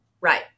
right